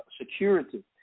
security